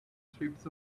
strips